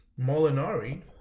Molinari